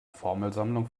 formelsammlung